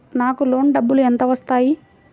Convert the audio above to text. నాకు లోన్ డబ్బులు ఎంత వస్తాయి?